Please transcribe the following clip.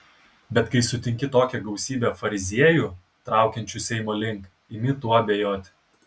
bet kai sutinki tokią gausybę fariziejų traukiančių seimo link imi tuo abejoti